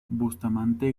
bustamante